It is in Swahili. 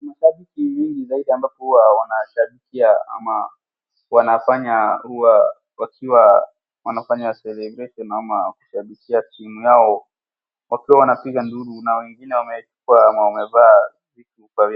Mashabiki wengi zaidi ambapo huwa wanashabikia ama wanafanya hua wakiwa wanafanya celebration ama wakishabikia timu yao wakiwa wanapiga duru na wengine wameandikwa ama wamevaa.